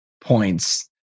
points